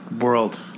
world